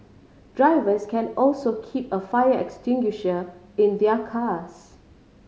drivers can also keep a fire extinguisher in their cars